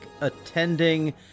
attending